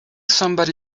somebody